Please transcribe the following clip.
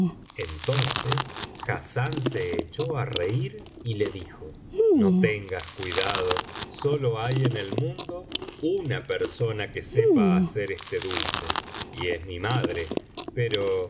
entonces hassán se echó á reir y le dijo no tengas cuidado sólo hay en el mundo una persona que sepa hacer este dulce v es mi madre pero